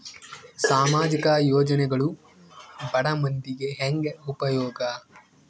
ಸಾಮಾಜಿಕ ಯೋಜನೆಗಳು ಬಡ ಮಂದಿಗೆ ಹೆಂಗ್ ಉಪಯೋಗ?